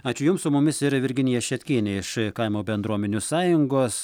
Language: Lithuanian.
ačiū jums su mumis yra virginija šetkienė iš kaimo bendruomenių sąjungos